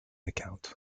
account